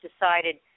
decided